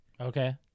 Okay